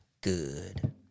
good